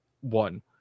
one